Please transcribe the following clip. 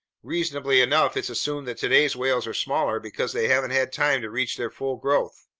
reasonably enough, it's assumed that today's whales are smaller because they haven't had time to reach their full growth.